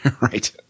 Right